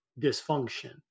dysfunction